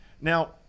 Now